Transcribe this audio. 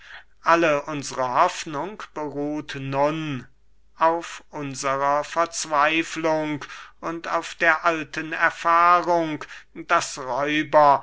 alle unsre hoffnung beruht nun auf unserer verzweiflung und auf der alten erfahrung daß räuber